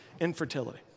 infertility